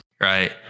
right